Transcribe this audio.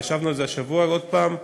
ישבנו על זה השבוע עוד פעם,